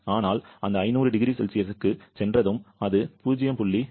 ஆனால் அந்த 500 0C க்குச் சென்றதும் அது 0